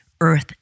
earth